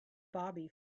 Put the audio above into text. bobby